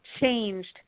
changed